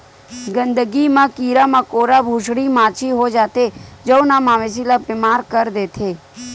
गंदगी म कीरा मकोरा, भूसड़ी, माछी हो जाथे जउन ह मवेशी ल बेमार कर देथे